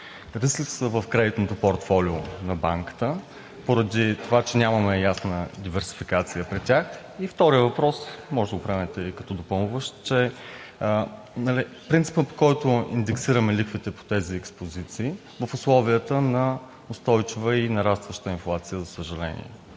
риск ли са в кредитното портфолио на банката поради това, че нямаме ясна диверсификация при тях? И вторият въпрос, може да го приемете и като допълващ, че принципът, по който индексираме лихвите по тези експозиции в условията на устойчива и нарастваща инфлация, за съжаление.